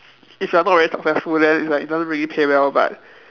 if you are not really successful then it's like it doesn't really pay well but